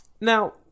Now